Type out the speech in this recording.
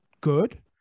good